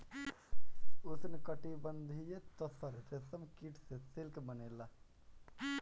उष्णकटिबंधीय तसर रेशम कीट से सिल्क बनेला